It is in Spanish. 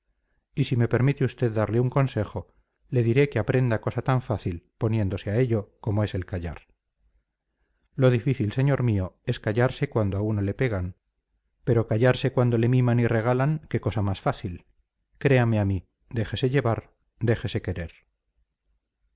y si me permite usted darle un consejo le diré que aprenda cosa tan fácil poniéndose a ello como es el callar lo difícil señor mío es callarse cuando a uno le pegan pero callarse cuando le miman y regalan qué cosa más fácil créame a mí déjese llevar déjese querer